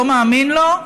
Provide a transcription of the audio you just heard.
לא מאמין לו.